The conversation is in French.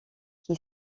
qui